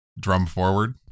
drum-forward